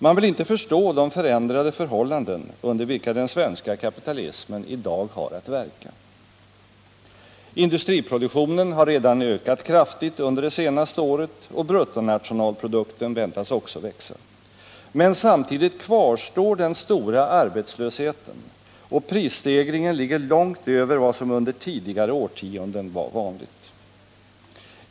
Man vill inte förstå de förändrade förhållanden under vilka den svenska kapitalismen i dag har att verka. Industriproduktionen har redan ökat kraftigt under det senaste året, och bruttonationalprodukten väntas också växa. Men samtidigt kvarstår den stora arbetslösheten, och prisstegringen ligger långt över vad som under tidigare årtionden var vanligt.